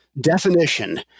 definition